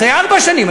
אחרי ארבע שנים.